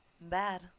bad